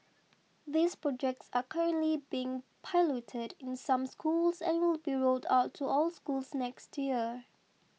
these projects are currently being piloted in some schools and will be rolled out to all schools next year